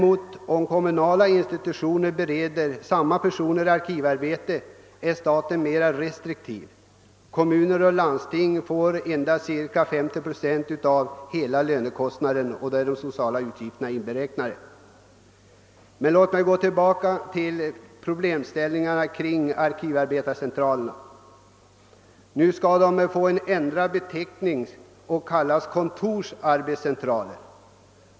Om däremot kommunala institutioner bereder sådana här personer arkivarbete är staten mera restriktiv. Kommuner och landsting får endast cirka 50 procent av lönekostnaden täckt — då är de sociala utgifterna inberäknade. Men låt mig komma tillbaka till problemställningarna kring arkivarbetscentralerna. De skall nu erhålla ändrad beteckning och kallas kontorsarbetscentraler.